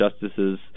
justice's